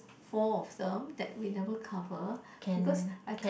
four of them that we never cover because I can't